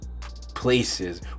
places